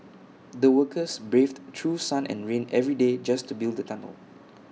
the workers braved through sun and rain every day just to build the tunnel